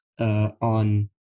on